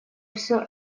все